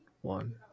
one